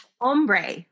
ombre